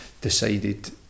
decided